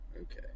Okay